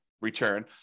return